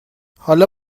حالا